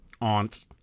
Aunt